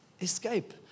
Escape